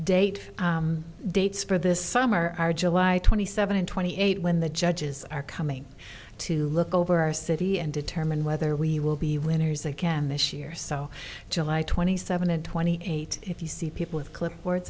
date dates for this summer are july twenty seventh and twenty eight when the judges are coming to look over our city and determine whether we will be winners again this year so july twenty seventh twenty eight if you see people with clipboards